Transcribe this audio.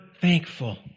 thankful